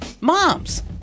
moms